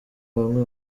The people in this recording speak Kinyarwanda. bamwe